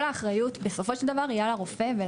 כל האחריות בסופו של דבר היא על הרופא.